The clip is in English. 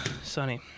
sunny